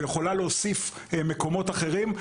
והיא יכולה להוסיף במקומות אחרים.